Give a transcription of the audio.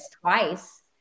twice